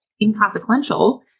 inconsequential